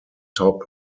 top